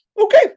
okay